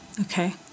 Okay